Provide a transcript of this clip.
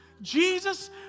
Jesus